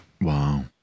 Wow